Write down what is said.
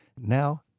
Now